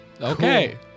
Okay